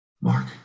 Mark